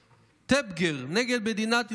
טבגר נ' מדינת ישראל.